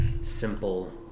Simple